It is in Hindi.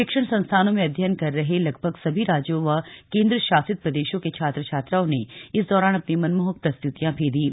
शिक्षण संस्थानों में अध्ययन कर रहे लगभग सभी राज्यों व केंद्र शासित प्रदेशों के छात्र छात्राओं ने इस दौरान अपनी मनमोहक प्रस्तुतियां भी दीं